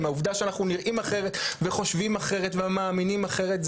העובדה שאנחנו נראים אחרת וחושבים אחרת ומאמינים אחרת,